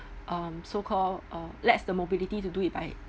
um so called uh lacks the mobility to do it by